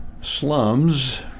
slums